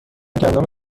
گندم